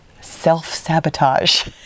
self-sabotage